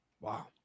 Wow